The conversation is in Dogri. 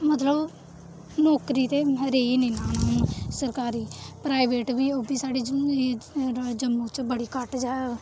मतलब नौकरी ते रेही निं ना हून सरकारी प्राईवेट बी ओह् बी साढ़े जम्मू च बड़ी घट्ट